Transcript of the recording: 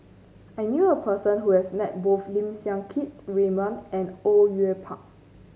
I knew a person who has met both Lim Siang Keat Raymond and Au Yue Pak